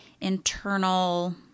internal